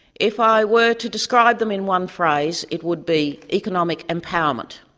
if i were to describe them in one phrase, it would be economic empowerment.